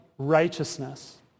righteousness